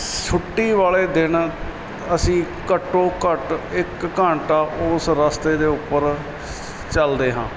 ਛੁੱਟੀ ਵਾਲੇ ਦਿਨ ਅਸੀਂ ਘੱਟੋ ਘੱਟ ਇੱਕ ਘੰਟਾ ਉਸ ਰਸਤੇ ਦੇ ਉੱਪਰ ਚਲਦੇ ਹਾਂ